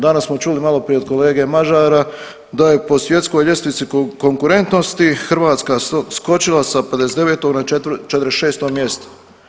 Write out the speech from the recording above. Danas smo čuli maloprije i od kolege Mažara da je po svjetskoj ljestvici konkurentnosti Hrvatska skočila sa 59 na 46 mjesto.